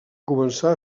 començar